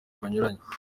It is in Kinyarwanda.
banyuranye